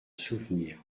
souvenir